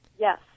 Yes